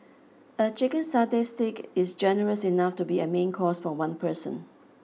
a chicken satay stick is generous enough to be a main course for one person